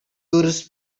tourists